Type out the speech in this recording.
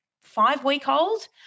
five-week-old